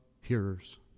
hearers